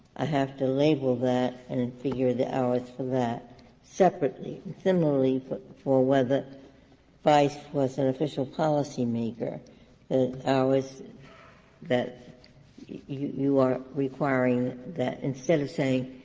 i have to label that and figure the hours for that separately similarly for for whether vice was an official policymaker, those hours that you are requiring that instead of saying